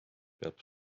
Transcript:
peab